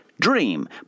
dream